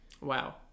Wow